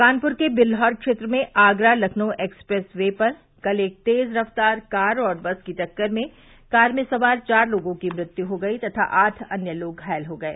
कानपुर के बिल्हौर क्षेत्र में आगरा लखनऊ एक्सप्रेस वे पर कल एक तेज रफ्तार कार और बस की टक्कर में कार में सवार चार लोगों की मृत्यु हो गयी तथा आठ अन्य लोग घायल हो गये